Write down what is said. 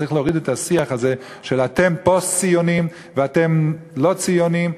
שצריך להוריד את השיח הזה של "אתם פוסט-ציונים" ו"אתם לא ציונים".